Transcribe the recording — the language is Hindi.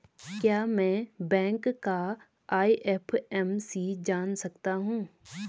क्या मैं बैंक का आई.एफ.एम.सी जान सकता हूँ?